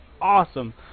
awesome